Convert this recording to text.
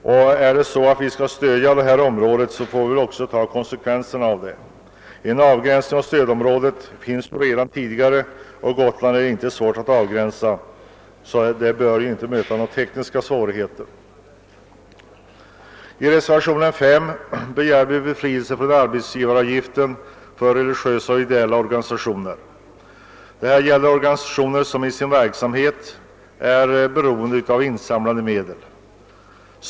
När det nu är så att vi har bestämt oss för att stödja dessa områden, så får vi väl också ta konsekvenserna av det. En avgränsning av stödområdet finns ju redan tidigare, och Gotland är inte svårt att avgränsa. Ett sådant arrangemang bör alltså inte möta några tekniska svårigheter. I reservationen 5 begär vi befrielse från arbetsgivaravgiften för religiösa och ideella organisationer. Det gäller här organisationer som för sin verksamhet är beroende av insamlade medel.